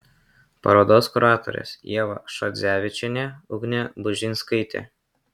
parodos kuratorės ieva šadzevičienė ugnė bužinskaitė